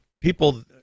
people